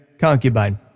concubine